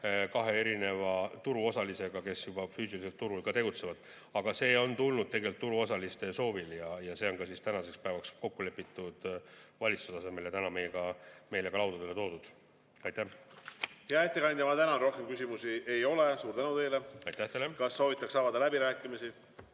kahe erineva turuosalisega, kes juba füüsiliselt turul tegutsevad. Aga see on tulnud siia turuosaliste soovil, see on tänaseks päevaks kokku lepitud valitsuse tasemel ja meile ka laudadele toodud. Hea ettekandja, ma tänan. Rohkem küsimusi ei ole. Suur tänu teile! Kas soovitakse avada läbirääkimisi?